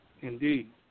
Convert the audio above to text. Indeed